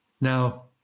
Now